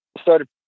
Started